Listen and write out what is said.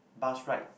bus right